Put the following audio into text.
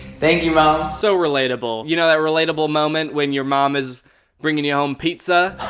thank you mom. so relatable, you know that relatable moment when your mom is bringing you home pizza?